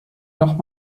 noch